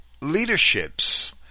leadership's